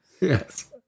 Yes